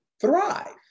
thrive